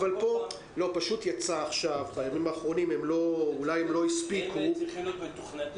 אולי פה הם לא הספיקו.